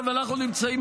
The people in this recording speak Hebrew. אנחנו נמצאים,